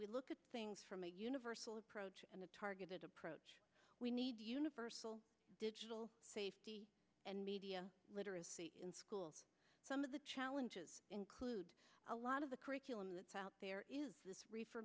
we look at things from a universal approach and a targeted approach we need universal digital safety and media literacy in schools some of the challenges include a lot of the curriculum that's out there is reefer